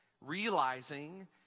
realizing